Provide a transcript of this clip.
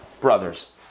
brothers